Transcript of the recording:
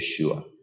Yeshua